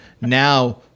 Now